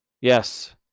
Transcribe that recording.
Yes